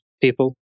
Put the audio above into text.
people